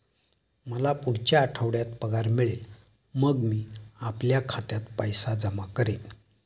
मला पुढच्या आठवड्यात पगार मिळेल मग मी आपल्या खात्यात पैसे जमा करेन